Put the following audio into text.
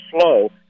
slow